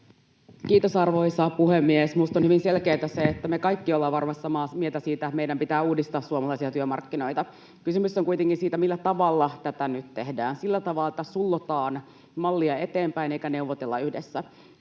Kiitos, arvoisa puhemies! Minusta on hyvin selkeätä se, että me kaikki ollaan varmasti samaa mieltä siitä, että meidän pitää uudistaa suomalaisia työmarkkinoita. Kysymys on kuitenkin siitä, millä tavalla tätä nyt tehdään: sillä tavalla, että sullotaan mallia eteenpäin eikä neuvotella yhdessä.